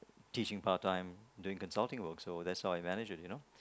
teaching part time doing consulting work that's how I managed it you know